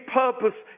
purpose